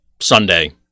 sunday